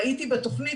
ראיתי בתכנית,